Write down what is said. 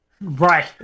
Right